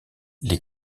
les